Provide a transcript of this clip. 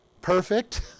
perfect